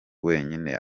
wenyine